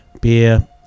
beer